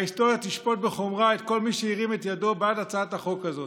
ההיסטוריה תשפוט בחומרה את כל מי שהרים את ידו בעד הצעת החוק הזאת.